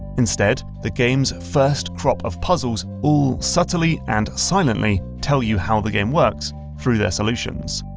instead, the game's first crop of puzzles all subtly and silently tell you how the game works through their solutions.